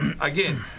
again